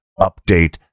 update